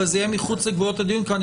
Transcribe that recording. אבל זה יהיה מחוץ לגבולות הדיון כי אני